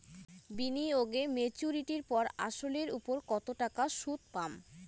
বিনিয়োগ এ মেচুরিটির পর আসল এর উপর কতো টাকা সুদ পাম?